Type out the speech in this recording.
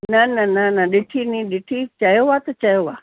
न न न न ॾिठी नी ॾिठी चयो आहे त चयो आहे